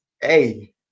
hey